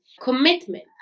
commitment